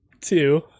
Two